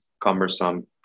cumbersome